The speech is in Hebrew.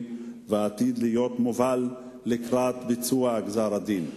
ועתיד להיות מובל לקראת ביצוע גזר-הדין.